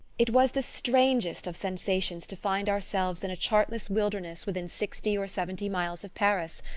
it was the strangest of sensations to find ourselves in a chartless wilderness within sixty or seventy miles of paris,